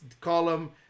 column